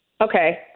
Okay